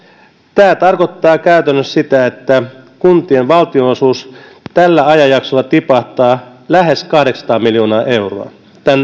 tämä tarkoittaa käytännössä sitä että kuntien valtionosuus tällä ajanjaksolla tipahtaa lähes kahdeksansataa miljoonaa euroa